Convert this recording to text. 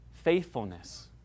Faithfulness